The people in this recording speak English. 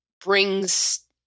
brings